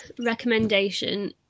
recommendation